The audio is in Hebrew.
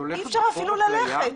אפילו אי אפשר ללכת.